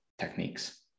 techniques